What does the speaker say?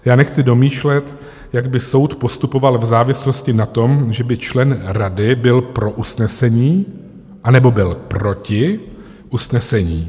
Já nechci domýšlet, jak by soud postupoval v závislosti na tom, že by člen rady byl pro usnesení, anebo byl proti usnesení.